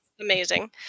Amazing